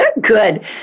Good